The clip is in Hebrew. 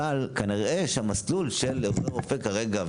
אבל כנראה שהמסלול של עוזר רופא כרגע,